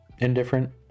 Indifferent